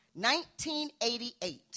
1988